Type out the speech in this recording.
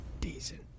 Decent